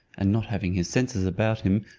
and not having his senses about him,